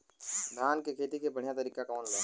धान के खेती के बढ़ियां तरीका कवन बा?